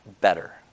better